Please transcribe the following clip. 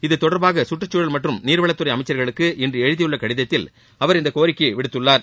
இத்தொடர்பாக சுற்றுச்சூழல் மற்றும் நீர்வளத்துறை அமைச்சர்களுக்கு இன்று எழுதியுள்ள கடிதத்தில் அவர் இந்தக் கோரிக்கையை விடுத்துள்ளார்